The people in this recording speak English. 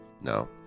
no